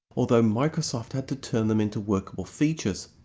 although microsoft had to turn them into workable features.